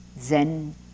Zen